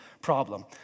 problem